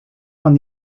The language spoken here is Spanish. con